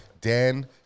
Dan